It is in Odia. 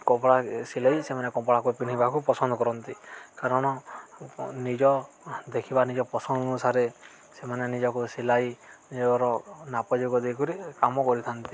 କପଡ଼ା ସିଲାଇ ସେମାନେ କପଡ଼ାକୁ ପିନ୍ଧିବାକୁ ପସନ୍ଦ କରନ୍ତି କାରଣ ନିଜ ଦେଖିବା ନିଜ ପସନ୍ଦ ଅନୁସାରେ ସେମାନେ ନିଜକୁ ସିଲାଇ ନିଜର ନାପ ଯୋକ ଦେଇ କରି କାମ କରିଥାନ୍ତି